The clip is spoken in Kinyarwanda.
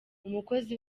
umukozi